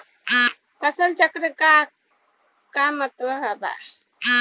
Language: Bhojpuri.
फसल चक्रण क का महत्त्व बा?